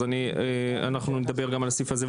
אז אנחנו נדבר גם על הסעיף הזה.